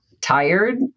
tired